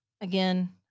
Again